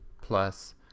plus